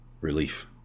Relief